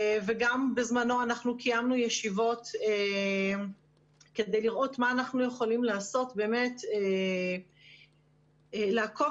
בזמנו קיימנו ישיבות כדי לראות מה אנחנו יכולים לעשות כדי לעקוב